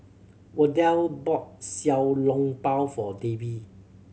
Wardell bought Xiao Long Bao for Davie